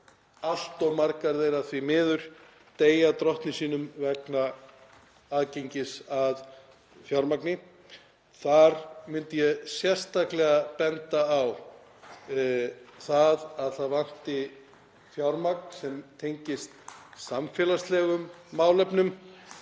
allt of margar þeirra, því miður, deyja drottni sínum vegna aðgengis að fjármagni. Þar vildi ég sérstaklega benda á að það vantar fjármagn sem tengist samfélagslegum málefnum.